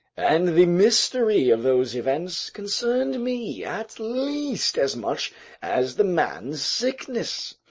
and the mystery of those events concerned me at least as much as the man's sickness.